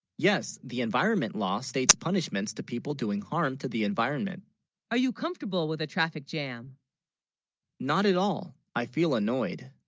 yes the environment law states punishments to people doing harm to the environment are you comfortable with a. traffic. jam not at all i feel annoyed